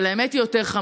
אבל האמת היא יותר חמורה.